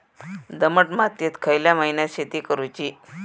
दमट मातयेत खयल्या महिन्यात शेती करुची?